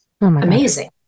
amazing